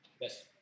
Yes